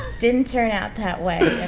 didn't turn out that way.